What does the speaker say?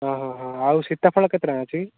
ହଁ ହଁ ହଁ ଆଉ ସୀତାଫଳ କେତେ ଟଙ୍କା ଅଛି